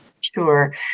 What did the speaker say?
Sure